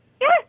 Yes